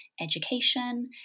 education